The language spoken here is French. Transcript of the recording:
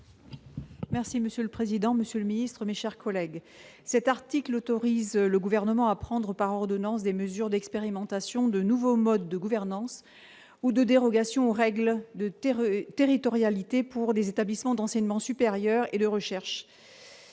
Merci monsieur le président, Monsieur le Ministre, mes chers collègues, cet article autorise le gouvernement à prendre par ordonnance des mesures d'expérimentation de nouveaux modes de gouvernance ou de dérogations aux règles de terre territorialité pour des établissements d'enseignement supérieur et de recherche